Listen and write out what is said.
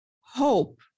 hope